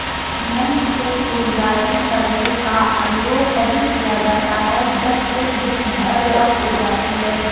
नई चेकबुक जारी करने का अनुरोध तभी किया जाता है जब चेक बुक भर या खो जाती है